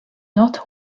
not